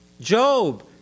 Job